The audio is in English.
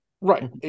Right